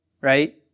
right